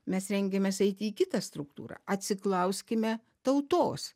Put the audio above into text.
mes rengiamės eiti į kitą struktūrą atsiklauskime tautos